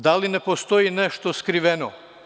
Da li ne postoji nešto skriveno?